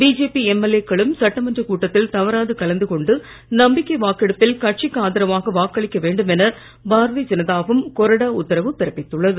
BJP MLA க்களும் சட்டமன்ற கூட்டத்தில் தவறாது கலந்து கொண்டு நம்பிக்கை வாக்கெடுப்பில் கட்சிக்கு ஆதரவாக வாக்களிக்க வேண்டும் என பாரதீய ஜனதாவும் கொறடா உத்தரவு பிறப்பித்துள்ளது